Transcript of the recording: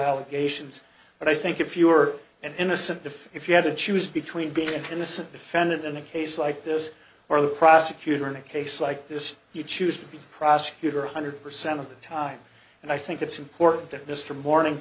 allegations but i think if you were an innocent if if you had to choose between good and innocent defendant in a case like this or the prosecutor in a case like this you choose to be a prosecutor a hundred percent of the time and i think it's important that mr morning